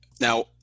now